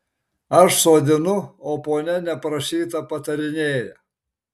aš sodinu o ponia neprašyta patarinėja